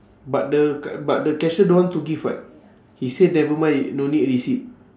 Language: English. but the but the cashier don't want give what he say never mind no need receipt